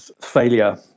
failure